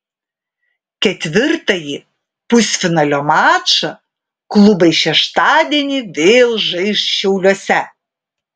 ketvirtąjį pusfinalio mačą klubai šeštadienį vėl žais šiauliuose